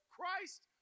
Christ